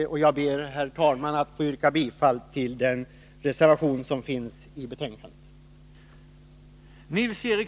Herr talman! Jag ber att få yrka bifall till den reservation som finns i betänkandet.